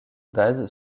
base